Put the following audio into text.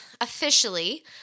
officially